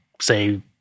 say